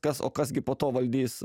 kas o kas gi po to valdys